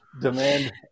demand